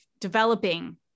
developing